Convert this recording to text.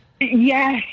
Yes